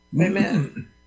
Amen